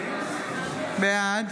בעד